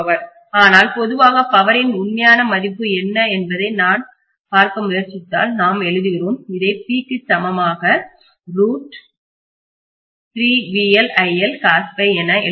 ஆனால் பொதுவாக பவரின் உண்மையான மதிப்பு என்ன என்பதை நான் பார்க்க முயற்சித்தால்நாம் எழுதுகிறோம் இதை P க்கு சமமாக ரூட் என எழுதுகிறோம்